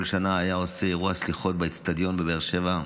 כל שנה היה עושה אירוע סליחות באצטדיון בבאר שבע,